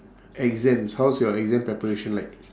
exams how's your exam preparation like